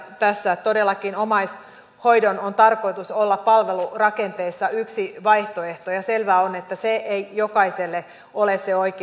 totean tässä että todellakin omaishoidon on tarkoitus olla palvelurakenteissa yksi vaihtoehto ja selvää on että se ei jokaiselle ole se oikea